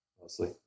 mostly